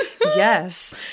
Yes